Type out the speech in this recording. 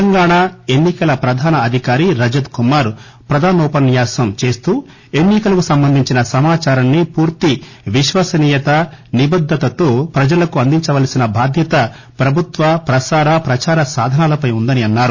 తెలంగాణ ఎన్ని కల ప్రధాన అధికారి రజత్ కుమార్ ప్రధానోపన్యాసం చేస్తూ ఎన్పి కలకు సంబంధించిన సమాచారాన్ని పూర్తి విశ్వనీయత నిబద్గతతో ప్రజలకు అందించవలసిన బాధ్యత ప్రభుత్వ ప్రసార ప్రచార సాధనాలపై ఉందని అన్నారు